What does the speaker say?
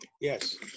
Yes